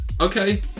okay